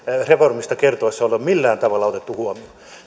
reformista kerrottaessa ole ole millään tavalla otettu huomioon